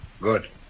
Good